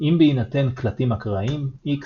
אם בהינתן קלטים אקראיים x